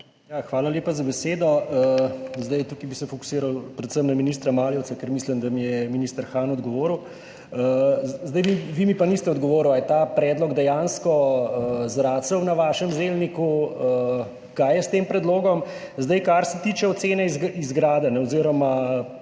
Hvala lepa za besedo. Tukaj bi se fokusiral predvsem na ministra Maljevca, ker mislim, da mi je minister Han odgovoril. Vi mi pa niste odgovorili, ali je ta predlog dejansko zrasel na vašem zelniku. Kaj je s tem predlogom, kar se tiče ocene izgradenj oziroma potenciala.